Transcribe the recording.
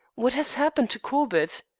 what has happened to corbett?